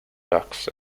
ducks